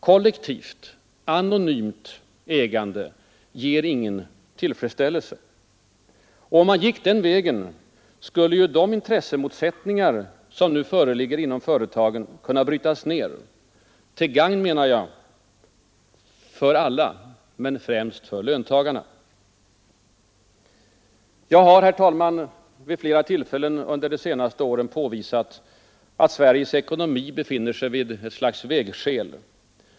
Kollektivt, anonymt ägande ger ingen tillfredsställelse. Om man gick den vägen, skulle ju de intressemotsättningar som nu föreligger inom företagen kunna brytas ned, till gagn, menar jag, för alla men främst för löntagarna. Jag har vid flera tillfällen under de senaste åren påvisat att Sveriges ekonomi befinner sig vid ett slags vägskäl.